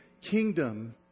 kingdom